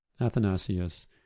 Athanasius